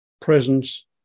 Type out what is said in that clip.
presence